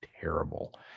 terrible